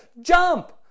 Jump